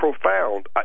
profound